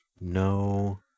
No